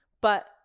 But-